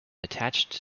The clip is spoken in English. attached